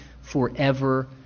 forever